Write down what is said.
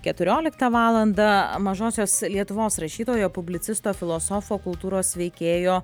keturioliktą valandą mažosios lietuvos rašytojo publicisto filosofo kultūros veikėjo